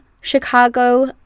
Chicago